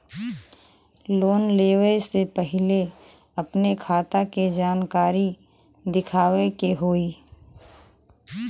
Loan लेवे से पहिले अपने खाता के जानकारी दिखावे के होई?